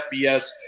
FBS